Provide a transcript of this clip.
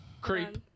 Creep